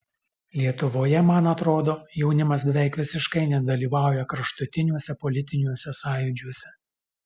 lietuvoje man atrodo jaunimas beveik visiškai nedalyvauja kraštutiniuose politiniuose sąjūdžiuose